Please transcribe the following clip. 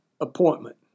appointment